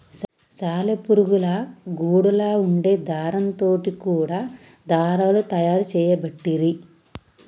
సాలె పురుగుల గూడులా వుండే దారం తోటి కూడా దారాలు తయారు చేయబట్టిరి